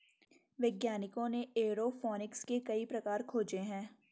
वैज्ञानिकों ने एयरोफोनिक्स के कई प्रकार खोजे हैं